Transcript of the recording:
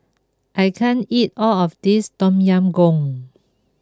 I can't eat all of this Tom Yam Goong